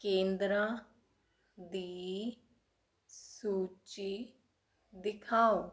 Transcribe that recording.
ਕੇਂਦਰਾਂ ਦੀ ਸੂਚੀ ਦਿਖਾਓ